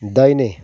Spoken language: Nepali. दाहिने